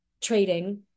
trading